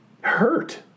hurt